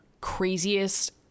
craziest